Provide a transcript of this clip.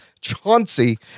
Chauncey